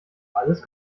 alles